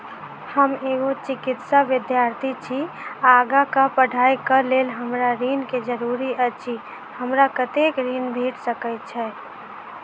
हम एगो चिकित्सा विद्यार्थी छी, आगा कऽ पढ़ाई कऽ लेल हमरा ऋण केँ जरूरी अछि, हमरा कत्तेक ऋण भेट सकय छई?